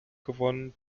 gewonnen